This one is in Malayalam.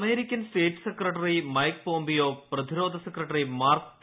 American state secretary Mike Pompeo പ്രതിരോധ സെക്രട്ടറി മാർക്ക് ടി